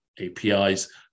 APIs